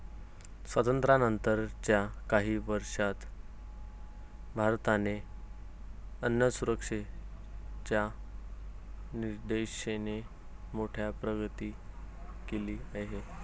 स्वातंत्र्यानंतर च्या काही वर्षांत भारताने अन्नसुरक्षेच्या दिशेने मोठी प्रगती केली आहे